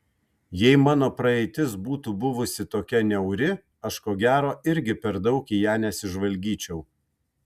jei mano praeitis būtų buvusi tokia niauri aš ko gero irgi per daug į ją nesižvalgyčiau